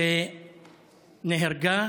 שנהרגה